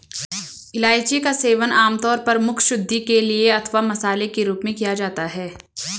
इलायची का सेवन आमतौर पर मुखशुद्धि के लिए अथवा मसाले के रूप में किया जाता है